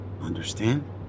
Understand